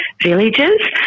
villages